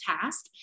task